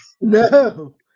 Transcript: No